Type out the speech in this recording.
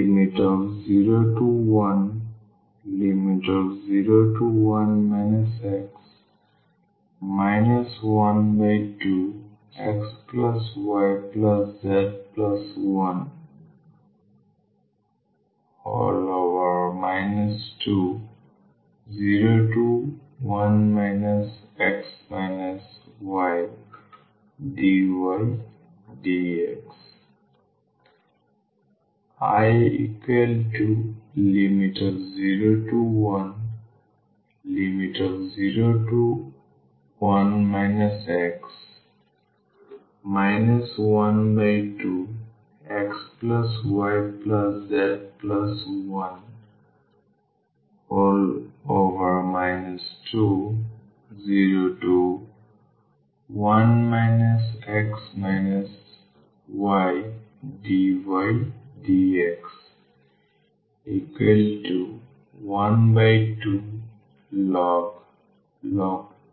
Ix01y01 xz01 x y1xyz13dzdydx 0101 x 12xyz1 201 x ydydx I0101 x 12xyz1 201 x ydydx 12log